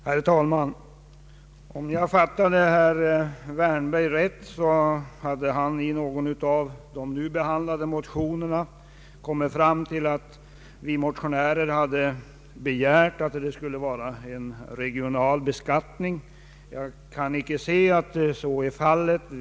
Herr talman! Om jag fattade herr Wärnberg rätt hade han i någon av de nu behandlade motionerna funnit att vi motionärer hade begärt en regional beskattning. Jag kan inte se att så är fallet.